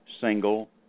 single